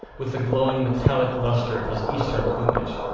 with the glowing metallic lustre of his eastern plumage,